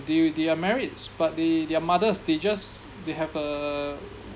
they they are married but they they are mothers they just they have a